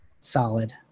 solid